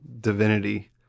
divinity